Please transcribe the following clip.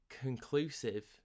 conclusive